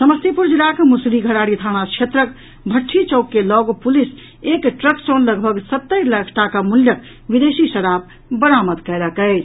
समस्तीपुर जिलाक मुसरीघरारी थाना क्षेत्रक भट्ठी चौक के लऽग पुलिस एक ट्रक सँ लगभग सत्तरि लाख टाका मूल्यक विदेशी शराब बरामद कयलक अछि